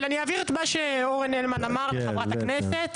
אבל אני אעביר את מה שאורן הלמן אמר לחברת הכנסת.